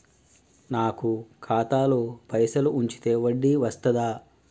నాకు ఖాతాలో పైసలు ఉంచితే వడ్డీ వస్తదా?